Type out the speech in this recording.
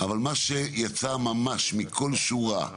מה שיצא מכל שורה,